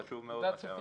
חשוב מאוד מה שאמרת.